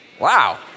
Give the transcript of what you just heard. Wow